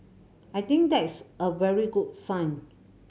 I think that is a very good sign